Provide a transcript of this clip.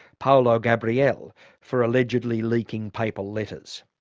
paolo gabriele for allegedly leaking papal letters.